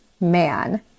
man